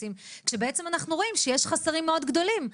כשבעצם אנחנו רואים שיש חוסרים מאוד גדולים.